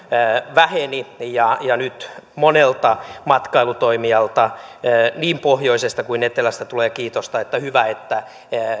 väheni ja ja nyt monelta matkailutoimijalta niin pohjoisesta kuin etelästä tulee kiitosta että hyvä että